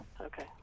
Okay